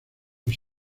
los